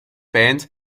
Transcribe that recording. band